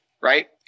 Right